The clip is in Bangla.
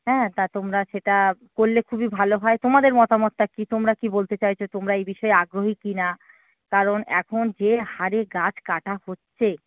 হ্যাঁ তা তোমরা সেটা করলে খুবই ভালো হয় তোমাদের মতামতটা কী তোমরা কী বলতে চাইছ তোমরা এই বিষয়ে আগ্রহী কি না কারণ এখন যে হারে গাছ কাটা হচ্ছে